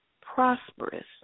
prosperous